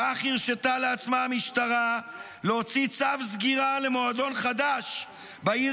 כך הרשתה לעצמה המשטרה להוציא צו סגירה למועדון חדש בעיר